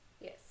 Yes